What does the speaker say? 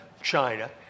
China